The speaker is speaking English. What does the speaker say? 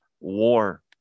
war